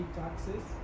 taxes